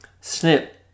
Snip